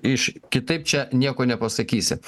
iš kitaip čia nieko nepasakysi